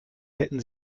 hätten